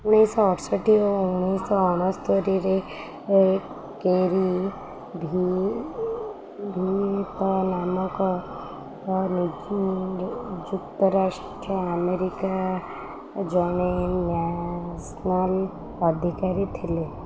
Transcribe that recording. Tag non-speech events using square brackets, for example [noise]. ଉଣେଇଶହ ଅଠଷଠି ଓ ଉଣେଇଶହ ଅଣସ୍ତୋରିରେ କେରୀ ଭିଏତନାମକ [unintelligible] ଯୁକ୍ତରାଷ୍ଟ୍ର ଆମେରିକା ଜଣେ ନ୍ୟାସନାଲ୍ ଅଧିକାରୀ ଥିଲେ